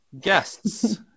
guests